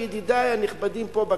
ידידי הנכבדים פה בכנסת.